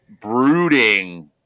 brooding